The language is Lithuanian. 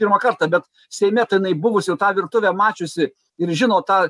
pirmą kartą bet seime tai jinai buvusi ir tą virtuvę mačiusi ir žino tą